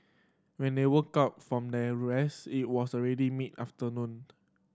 when they woke up from their rest it was already mid afternoon